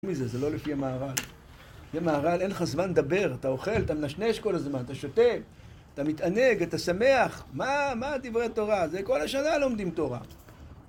זה לא לפי המערל. במערל אין לך זמן לדבר. אתה אוכל, אתה מנשנש כל הזמן, אתה שותה. אתה מתענג, אתה שמח. מה דברי תורה? כל השנה לומדים תורה.